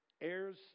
heirs